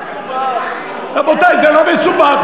רבותי, זה לא מסובך.